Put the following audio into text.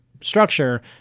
structure